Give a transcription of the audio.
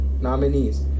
nominees